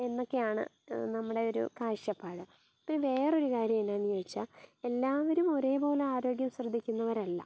എന്നൊക്കെയാണ് നമ്മുടെ ഒരു കാഴ്ചപ്പാട് ഇപ്പം വേറെ ഒരു കാര്യം എന്നാന്ന് ചോദിച്ചാൽ എല്ലാവരും ഒരേ പോലെ ആരോഗ്യം ശ്രദ്ധിക്കുന്നവരല്ല